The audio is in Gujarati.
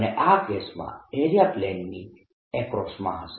અને આ કેસમાં એરીયા પ્લેનની એક્રોસમાં હશે